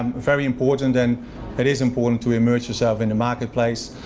um very important and it is important to immerse yourself in the marketplace.